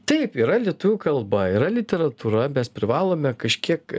taip yra lietuvių kalba yra literatūra mes privalome kažkiek